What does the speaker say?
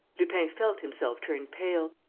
lupin felt himself turn pale.